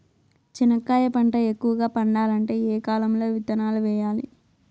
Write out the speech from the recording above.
చెనక్కాయ పంట ఎక్కువగా పండాలంటే ఏ కాలము లో విత్తనాలు వేయాలి?